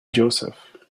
joseph